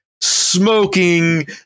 smoking